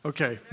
Okay